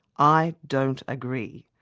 i don't agree.